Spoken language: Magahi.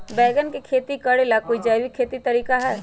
बैंगन के खेती भी करे ला का कोई जैविक तरीका है?